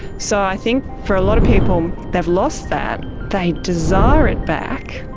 so i think for a lot of people they've lost that, they desire it back,